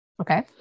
Okay